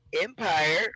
Empire